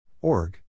Org